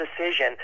decision